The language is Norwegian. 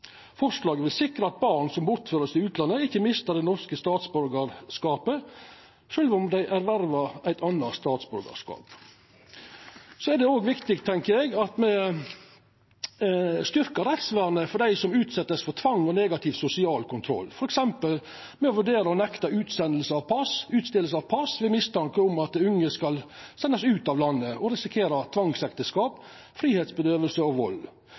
Forslaget vil sikra at barn som vert bortførte til utlandet, ikkje mister det norske statsborgarskapet sjølv om dei ervervar eit anna statsborgarskap. Det er òg viktig at me styrkjer rettsvernet for dei som vert utsette for tvang og negativ sosial kontroll, f.eks. ved å vurdera å nekta utskriving av pass ved mistanke om at unge skal sendast ut av landet og risikera tvangsekteskap, fridomskrenking og vald.